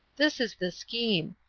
this is the scheme.